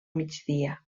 migdia